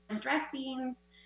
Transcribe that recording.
dressings